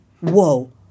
whoa